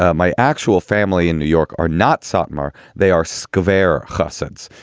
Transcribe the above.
ah my actual family in new york are not satmar. they are square cussons.